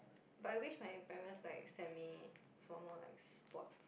but I wish my parents like sent me for more like sports